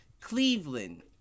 Cleveland